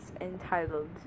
entitled